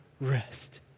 rest